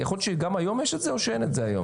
יכול להיות שגם היום יש את זה או שאין את זה היום?